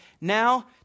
Now